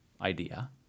idea